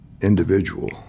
individual